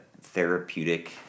therapeutic